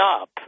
up